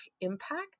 impact